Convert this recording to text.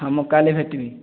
ହଁ ମୁଁ କାଲି ଭେଟିବି